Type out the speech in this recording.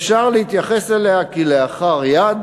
אפשר להתייחס אליה כלאחר יד?